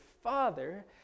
Father